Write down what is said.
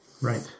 Right